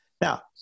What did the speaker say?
Now